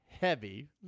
heavy